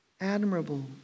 admirable